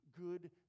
good